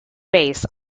base